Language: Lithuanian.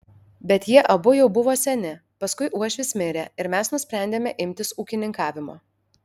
bet jie abu jau buvo seni paskui uošvis mirė ir mes nusprendėme imtis ūkininkavimo